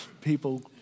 people